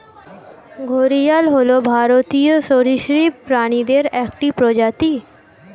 ঘড়িয়াল হল ভারতীয় সরীসৃপ প্রাণীদের একটি প্রজাতি